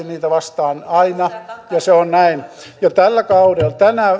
niitä vastaan aina ja se on näin tällä kaudella